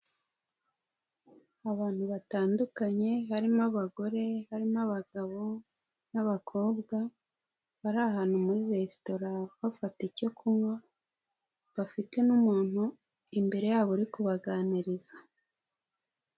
Abantu batandukanye harimo abagore harimo abagabo n'abakobwa bari ahantu muri resitora bafata icyo kunywa bafite n'umuntu imbere yabo uri kubaganiriza.